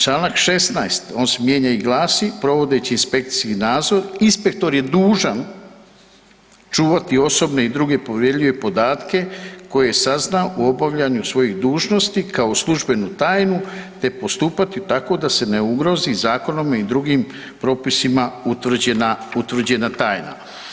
Čl. 16, on se mijenja i glasi, provodeći inspekcijski nadzor, inspektor je dužan čuvati osobne i druge povjerljive podatke koje je saznao u obavljanju svojih dužnosti kao službenu tajnu te postupati tako da se ne ugrozi zakonom i drugim propisima utvrđena tajna.